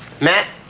Matt